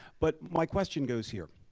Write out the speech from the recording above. but my question goes here,